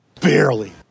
Barely